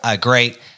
great